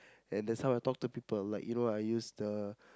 and that's how I talk to people like you know I use the